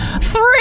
three